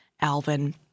Alvin